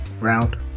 round